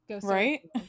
right